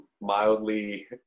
mildly